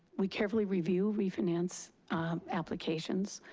we carefully review refinance applications,